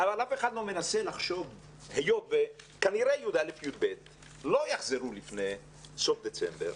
אבל כנראה ש-י"א ו-י"ב לא יחזרו לפני סוף ינואר